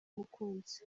umukunzi